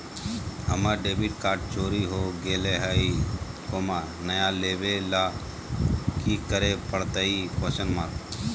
हमर debit card चोरी हो गेले हई, नया लेवे ल की करे पड़तई?